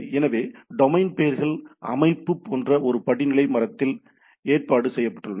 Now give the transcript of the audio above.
எனவே டொமைன் பெயர்கள் அமைப்பு போன்ற ஒரு படிநிலை மரத்தில் ஏற்பாடு செய்யப்பட்டுள்ளன